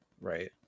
right